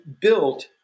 built